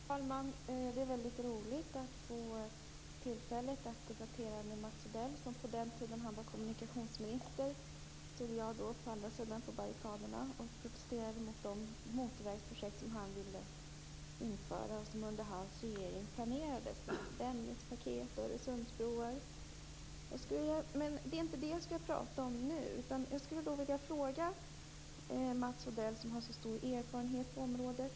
Fru talman! Det är roligt att få tillfälle att debattera med Mats Odell. På den tiden han var kommunikationsminister stod jag på barrikaderna och protesterade mot de motorvägsprojekt som han ville genomföra och som planerades under hans regering, t.ex. Dennispaketet och Öresundsbron. Jag skall inte prata om det nu, utan jag vill ställa en fråga till Mats Odell, som har stor erfarenhet på området.